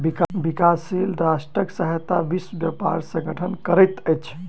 विकासशील राष्ट्रक सहायता विश्व व्यापार संगठन करैत अछि